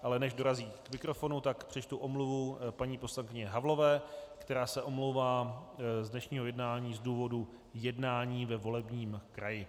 Ale než dorazí k mikrofonu, tak přečtu omluvu paní poslankyně Havlové, která se omlouvá z dnešního jednání z důvodu jednání ve volebním kraji.